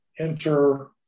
Enter